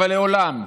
אבל לעולם,